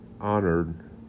honored